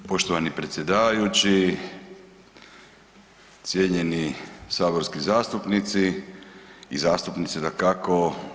Poštovani predsjedavajući, cijenjeni saborski zastupnici i zastupnice, dakako.